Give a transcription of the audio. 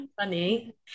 funny